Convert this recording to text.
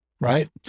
right